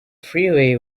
freeway